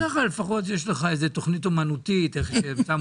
אז ככה לפחות יש לך איזה תכנית אמנותית, כותרות.